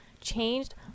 changed